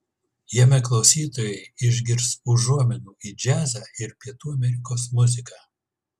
jame klausytojai išgirs užuominų į džiazą ir pietų amerikos muziką